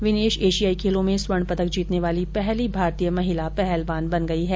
विनेश एशियाई खेलों में स्वर्ण पदक जीतने वाली पहली भारतीय महिला पहलवान बन गई है